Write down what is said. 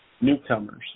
newcomers